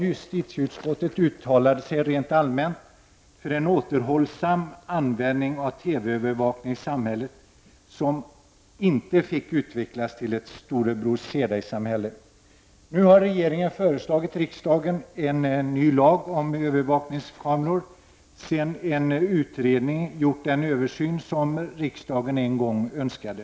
Justitieutskottet har uttalat sig rent allmänt för en återhållsam användning av TV-övervakning i samhället, som inte får utvecklas till ett ”storebror ser dig”-samhälle. Nu har regeringen föreslagit riksdagen en ny lag om övervakningskameror, sedan en utredning gjort den översyn riksdagen en gång önskade.